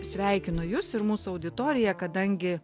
sveikinu jus ir mūsų auditoriją kadangi